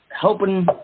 helping